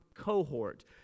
cohort